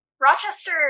Rochester